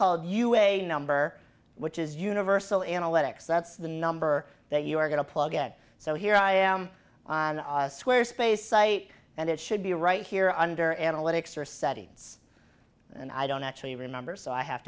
called you a number which is universal analytics that's the number that you're going to plug and so here i am on squarespace site and it should be right here under analytics or settings and i don't actually remember so i have